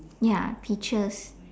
ya pictures